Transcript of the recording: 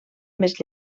més